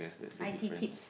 i_t tips